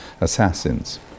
assassins